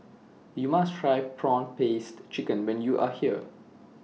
YOU must Try Prawn Paste Chicken when YOU Are here